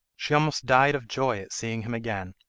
she almost died of joy at seeing him again,